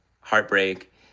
heartbreak